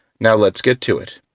now let's get to it.